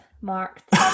marked